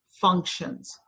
functions